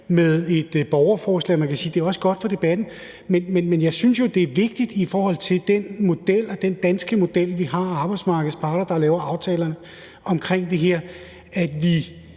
man kan sige, at det er også godt for debatten. Men jeg synes, det er vigtigt – i forhold til den danske model, vi har, hvor arbejdsmarkedets parter laver aftaler omkring ting